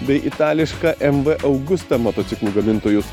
bei itališką mv augusta motociklų gamintojus